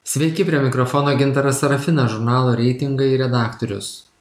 sveiki prie mikrofono gintaras sarafinas žurnalo reitingai redaktorius